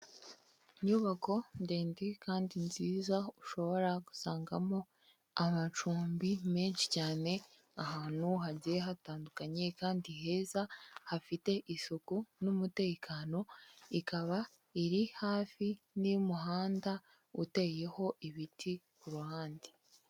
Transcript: Inyubako ndende kandi nziza, ushobora gusangamo amacumbi menshi cyane ahantu hagiye hatandukanye kandi heza, hafite isuku n'umutekano, ikaba iri hafi n'umuhanda uteyeho ibiti kuruhande.